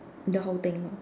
the whole thing lor